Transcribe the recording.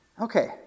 okay